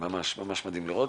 ממש מדהים לראות.